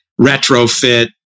retrofit